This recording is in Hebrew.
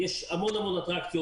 יש המון אטרקציות,